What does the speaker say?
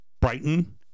Brighton